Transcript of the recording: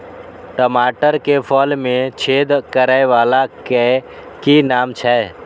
टमाटर के फल में छेद करै वाला के कि नाम छै?